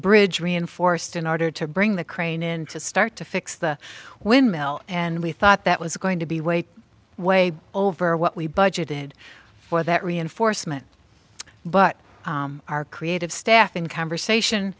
bridge reinforced in order to bring the crane in to start to fix the windmill and we thought that was going to be way way over what we budgeted for that reinforcement but our creative staff in